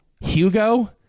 Hugo